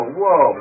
whoa